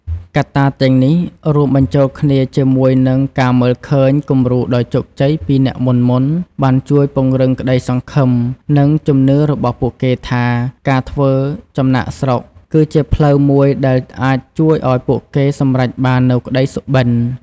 កត្តាទាំងនេះរួមបញ្ចូលគ្នាជាមួយនឹងការមើលឃើញគំរូជោគជ័យពីអ្នកមុនៗ បានជួយពង្រឹងក្តីសង្ឃឹម និងជំនឿរបស់ពួកគេថា ការធ្វើចំណាកស្រុកគឺជាផ្លូវមួយដែលអាចជួយឱ្យពួកគេសម្រេចបាននូវក្តីសុបិន។